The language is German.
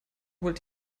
holt